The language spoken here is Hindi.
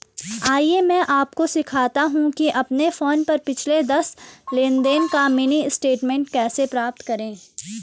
आइए मैं आपको सिखाता हूं कि अपने फोन पर पिछले दस लेनदेन का मिनी स्टेटमेंट कैसे प्राप्त करें